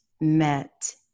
met